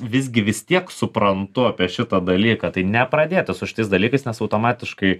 visgi vis tiek suprantu apie šitą dalyką tai nepradėti su šitais dalykais nes automatiškai